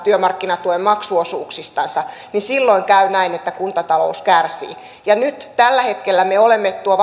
työmarkkinatuen maksuosuuksistansa niin silloin käy näin että kuntatalous kärsii nyt tällä hetkellä tuo